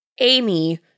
Amy